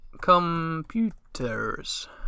computers